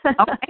okay